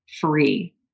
free